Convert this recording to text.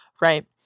right